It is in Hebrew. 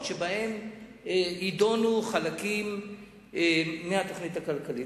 שבהן יידונו חלקים מהתוכנית הכלכלית.